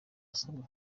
basabwa